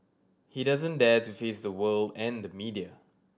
he doesn't dare to face the world and the media